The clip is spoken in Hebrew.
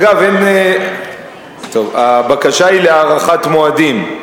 דרך אגב, הבקשה היא להארכת מועדים.